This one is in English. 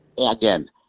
Again